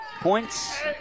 points